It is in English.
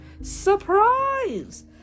surprise